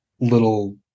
little